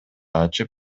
ачып